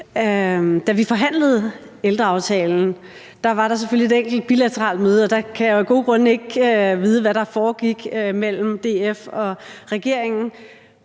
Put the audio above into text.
Da vi forhandlede ældreaftalen, var der selvfølgelig et enkelt bilateralt møde, og der kan jeg af gode grunde ikke vide, hvad der er foregået mellem DF og regeringen,